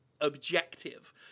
objective